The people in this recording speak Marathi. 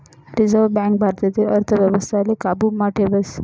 रिझर्व बँक भारतीय अर्थव्यवस्थाले काबू मा ठेवस